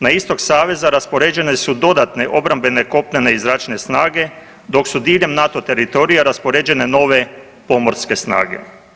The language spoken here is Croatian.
Na istok saveza raspoređene su dodatne obrambene kopnene i zračne snage, dok su diljem NATO teritorija raspoređene nove pomorske snage.